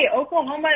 Oklahoma